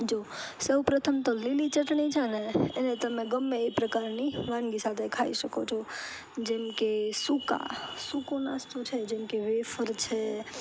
જો સૌ પ્રથમ તો લીલી ચટણી છે ને એને તમે ગમે એ પ્રકારની વાનગી સાથે ખાઈ શકો છો જેમ કે સુકા સુકો નાસ્તો છે જેમ કે વેફર છે